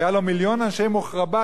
היו לו מיליון אנשי "מוחבראת",